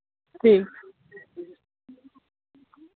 ठीक